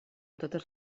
totes